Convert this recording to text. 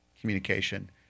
communication